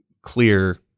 clear